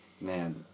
Man